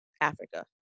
Africa